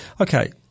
Okay